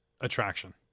attraction